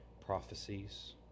Prophecies